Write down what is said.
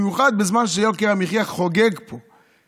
במיוחד בזמן שיוקר המחיה חוגג פה.